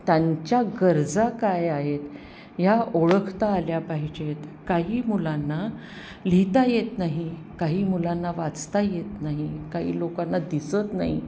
त्यांच्या गरजा काय आहेत या ओळखता आल्या पाहिजेत काही मुलांना लिहिता येत नाही काही मुलांना वाचता येत नाही काही लोकांना दिसत नाही